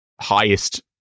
highest